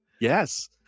Yes